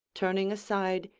turning aside,